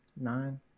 nine